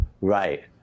Right